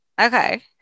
okay